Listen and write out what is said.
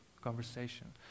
conversation